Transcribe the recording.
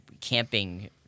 camping